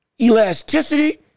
elasticity